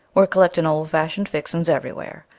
we're collecting old-fashioned fixings everywhere.